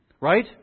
right